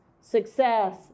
success